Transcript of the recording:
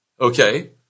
Okay